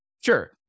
Sure